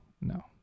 no